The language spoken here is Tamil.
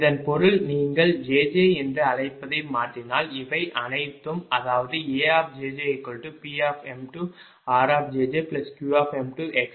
இதன் பொருள் நீங்கள் jj என்று அழைப்பதை மாற்றினால் இவை அனைத்தும் அதாவது AjjPm2rjjQm2xjj 0